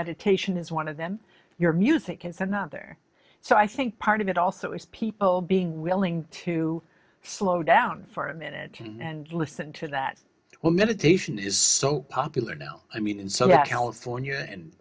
meditation is one of them your music kids are not there so i think part of it also is people being willing to slow down for a minute and listen to that well meditation is so popular now i mean and so that helps for nya and